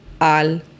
al